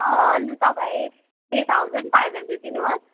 लु तपाईँ three thousand five hundred दिनुहोस्